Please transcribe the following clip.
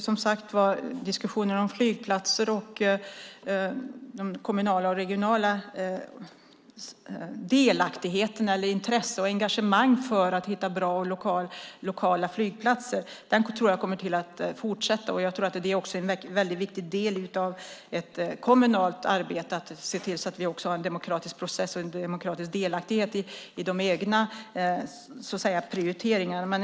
Fru talman! Diskussionen om flygplatser och det kommunala och regionala intresset och engagemanget för att hitta bra lokala flygplatser tror jag kommer att fortsätta. Jag tror också att det är en väldigt viktig del av ett kommunalt arbete att se till att vi har en demokratisk process och en demokratisk delaktighet i de egna prioriteringarna.